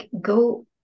go